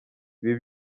ibi